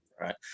Right